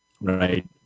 right